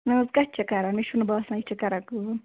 نہَ حظ کَتہِ چھےٚ کران مےٚ چھُنہٕ باسان یہِ چھےٚ کران کٲم